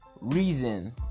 Reason